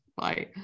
Bye